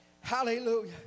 Hallelujah